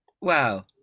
Wow